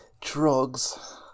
drugs